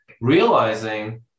realizing